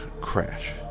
crash